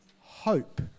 hope